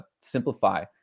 simplify